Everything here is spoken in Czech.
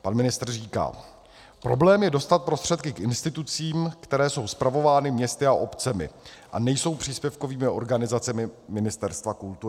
Pan ministr říká: Problém je dostat prostředky k institucím, které jsou spravovány městy a obcemi a nejsou příspěvkovými organizacemi Ministerstva kultury.